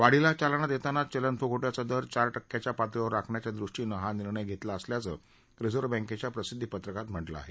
वाढीला चालना देतानाच चलन फुगवट्याचा दर चार टक्क्याच्या पातळीवर राखण्याच्या दृष्टीनं हा निर्णय घेतला असल्याचं रिजर्व बँकेच्या प्रसिद्वी पत्रकात म्हटलं आहे